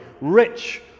rich